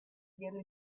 glielo